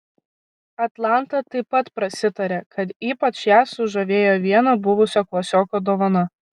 atlanta taip pat prasitarė kad ypač ją sužavėjo vieno buvusio klasioko dovana